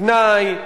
פנאי,